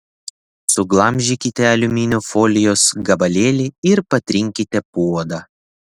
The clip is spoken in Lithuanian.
suglamžykite aliuminio folijos gabalėlį ir patrinkite puodą